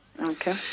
Okay